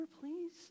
please